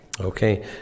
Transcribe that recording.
okay